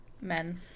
Men